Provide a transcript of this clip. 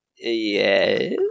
Yes